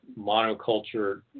monoculture